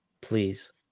Please